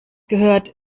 gehört